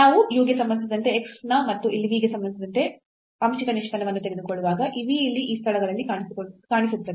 ನಾವು u ಗೆ ಸಂಬಂಧಿಸಿದಂತೆ x ನ ಮತ್ತು ಇಲ್ಲಿ v ಗೆ ಸಂಬಂಧಿಸಿದಂತೆ ಆಂಶಿಕ ನಿಷ್ಪನ್ನವನ್ನು ತೆಗೆದುಕೊಳ್ಳುವಾಗ ಈ v ಇಲ್ಲಿ ಈ ಸ್ಥಳಗಳಲ್ಲಿ ಕಾಣಿಸುತ್ತದೆ